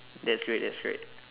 that's great that's great